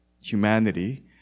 humanity